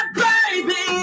baby